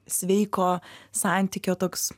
sveiko santykio toks